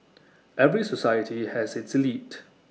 every society has its elite